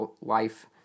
life